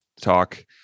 talk